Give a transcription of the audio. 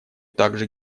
также